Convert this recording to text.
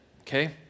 okay